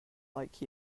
like